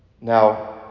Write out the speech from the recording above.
Now